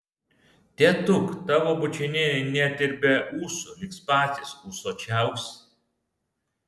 tėtuk tavo bučiniai net ir be ūsų liks patys ūsuočiausi